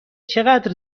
چقدر